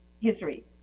history